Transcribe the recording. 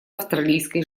австралийской